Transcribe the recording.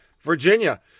Virginia